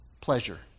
pleasure